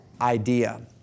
idea